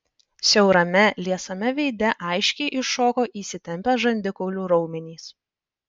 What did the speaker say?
siaurame liesame veide aiškiai iššoko įsitempę žandikaulių raumenys